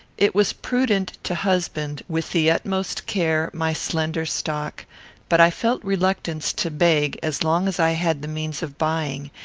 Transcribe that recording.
it was prudent to husband, with the utmost care, my slender stock but i felt reluctance to beg as long as i had the means of buying,